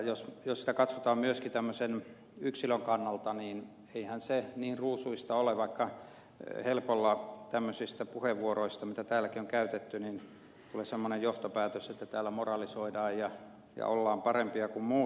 jos asiaa katsotaan myöskin yksilön kannalta niin eihän se niin ruusuista ole vaikka helpolla tämmöisistä puheenvuoroista mitä täälläkin on käytetty tulee semmoinen johtopäätös että täällä moralisoidaan ja ollaan parempia kuin muut